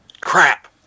Crap